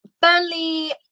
Burnley